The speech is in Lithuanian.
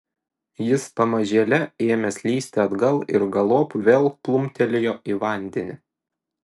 jis pamažėle ėmė slysti atgal ir galop vėl plumptelėjo į vandenį